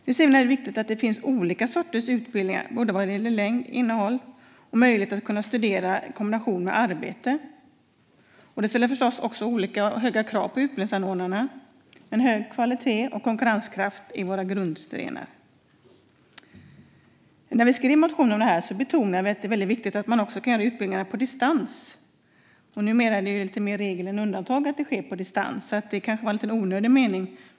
Vi ser även att det är viktigt att det finns olika sorters utbildningar vad gäller längd, innehåll och möjlighet att studera i kombination med arbete. Det ställer förstås olika och höga krav på utbildningsanordnarna. Hög kvalitet och konkurrenskraft är våra grundstenar. När vi skrev motionen om detta betonade vi att det är väldigt viktigt att man också kan ge utbildningar på distans. Numera är det lite mer regel än undantag att det sker på distans. Det kanske är en lite onödig mening.